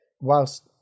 Whilst